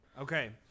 Okay